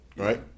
Right